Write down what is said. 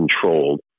controlled